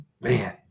man